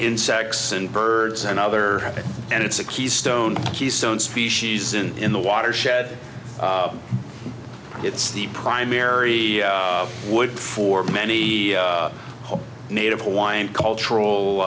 insects and birds and other and it's a keystone keystone species in in the watershed it's the primary wood for many native hawaiian cultural